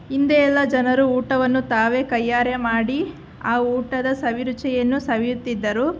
ಹಿಂದೆ ಎಲ್ಲ ಜನರು ಊಟವನ್ನು ತಾವೇ ಕೈಯಾರೆ ಮಾಡಿ ಆ ಊಟದ ಸವಿರುಚಿಯನ್ನು ಸವಿಯುತ್ತಿದ್ದರು